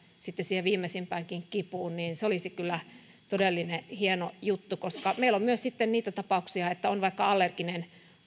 sitten siihen viimeisimpäänkin kipuun niin se olisi kyllä hieno juttu koska meillä on sitten myös niitä tapauksia että on vaikka allerginen